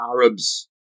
Arabs